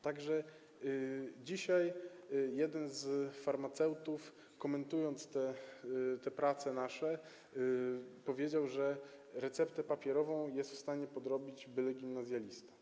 Także dzisiaj jeden z farmaceutów, komentując nasze prace, powiedział, że receptę papierową jest w stanie podrobić byle gimnazjalista.